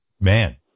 man